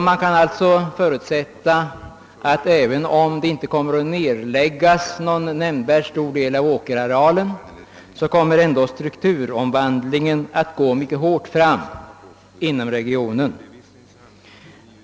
Man kan alltså förutsätta att även om någon nämnvärd del av åkerarealen inte nedläggs, kommer strukturomvandlingen att gå mycket hårt fram inom regionen.